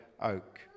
oak